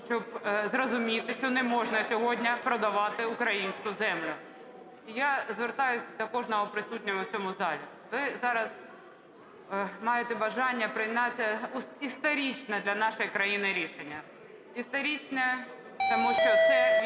щоб зрозуміти, що не можна сьогодні продавати українську землю. Я звертаюся до кожного присутнього в цьому залі. Ви зараз маєте бажання прийняти історичне для нашої країни рішення. Історичне, тому що це ввійде